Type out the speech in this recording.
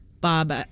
Bob